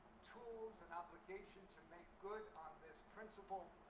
tools and obligations to make good on this principle,